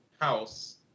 House